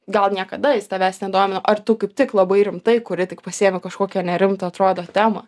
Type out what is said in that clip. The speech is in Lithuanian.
gal niekada jis tavęs nedomino ar tu kaip tik labai rimtai kuri tik pasiėmi kažkokią nerimtą atrodo temą